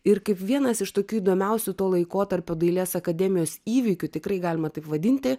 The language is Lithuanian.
ir kaip vienas iš tokių įdomiausių to laikotarpio dailės akademijos įvykių tikrai galima taip vadinti